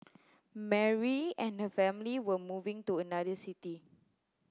Mary and her family were moving to another city